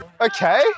Okay